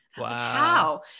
Wow